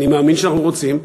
אני מאמין שאנחנו רוצים,